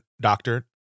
doctor